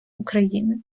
україни